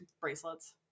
bracelets